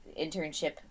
internship